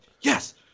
yes